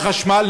לחשמל.